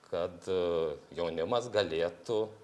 kad jaunimas galėtų